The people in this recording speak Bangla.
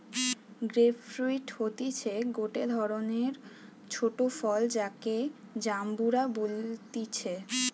গ্রেপ ফ্রুইট হতিছে গটে ধরণের ছোট ফল যাকে জাম্বুরা বলতিছে